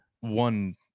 one